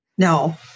No